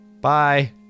Bye